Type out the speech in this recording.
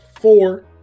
Four